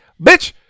Bitch